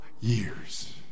years